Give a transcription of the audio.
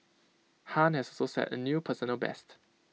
han has so set A new personal best